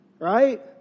right